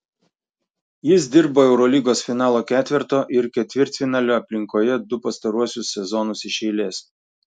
jis dirbo eurolygos finalo ketverto ir ketvirtfinalio aplinkoje du pastaruosius sezonus iš eilės